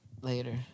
later